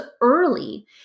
early